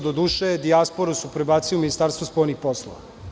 Doduše, dijasporu su prebacili u Ministarstvo spoljnih poslova.